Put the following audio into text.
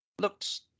looks